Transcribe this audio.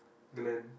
Glenn